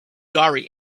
diary